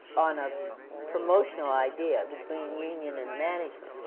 on a promotional idea between union and management,